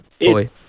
Boy